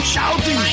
Shouting